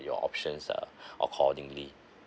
your options uh accordingly